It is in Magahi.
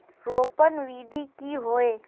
रोपण विधि की होय?